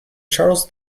charles